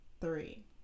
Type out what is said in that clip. Three